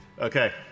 Okay